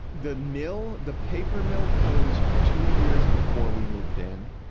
the mill, the paper mill closed two years before we moved in,